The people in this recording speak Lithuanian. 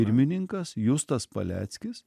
pirmininkas justas paleckis